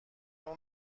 اون